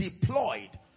deployed